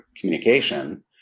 communication